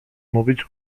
mówić